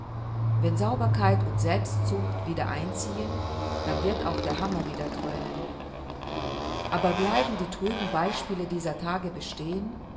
wenn sauberkeit und selbstzucht wieder einziehen dann wird auch der hammer wieder dröhnen aber bleiben die trüben beispiele dieser tage bestehen